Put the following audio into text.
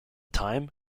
time